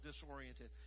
disoriented